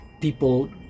people